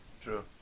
True